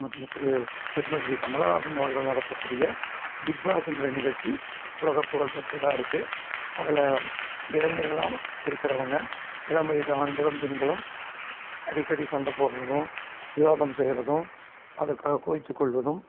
திரு பத்மஸ்ரீ கமலஹாசன் அவர்கள் நடத்தக்கூடிய பிக்பாஸுங்கிற நிகழ்ச்சி உலக புகழ் பெற்றதாக இருக்குது அதில் இளைஞர்களாக இருக்கிறவங்க இளம் வயது ஆண்களும் பெண்களும் அடிக்கடி சண்டை போடுறதும் விவாதம் செய்கிறதும் அதற்காக கோபித்துக் கொள்வதும்